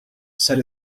said